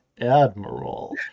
Admiral